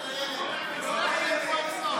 מה?